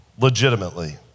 legitimately